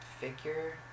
figure